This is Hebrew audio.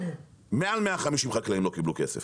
מעל 150 חקלאים לא קיבלו כסף,